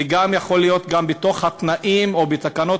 וזה גם יכול להיות בתוך התנאים או בתקנות,